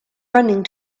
running